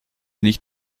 nicht